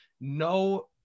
no